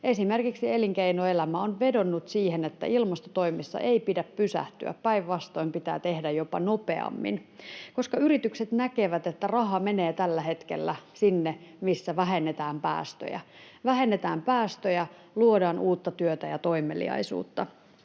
esimerkiksi elinkeinoelämä on vedonnut siihen — että ilmastotoimissa ei pidä pysähtyä vaan päinvastoin pitää tehdä jopa nopeammin, koska yritykset näkevät, että raha menee tällä hetkellä sinne, missä vähennetään päästöjä, luodaan uutta työtä ja toimeliaisuutta.